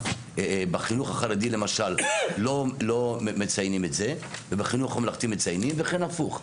בחינוך החרדי למשל לא מציינים את זה ובחינוך הממלכתי מציינים וכן הפוך.